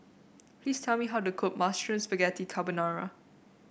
please tell me how to cook Mushroom Spaghetti Carbonara